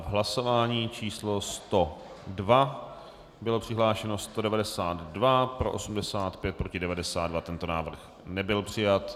Hlasování má číslo 102, bylo přihlášeno 192, pro 85, proti 92, tento návrh nebyl přijat.